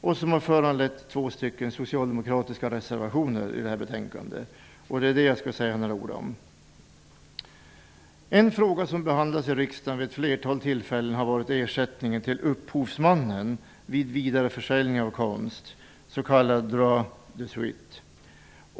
De har föranlett två socialdemokratiska reservationer till det här betänkandet. Jag vill säga några ord om dessa. En fråga som behandlats i riksdagen vid ett flertal tillfällen är ersättningen till upphovsmannen vid vidareförsäljning av konst, s.k.'' droit de suite''.